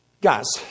Guys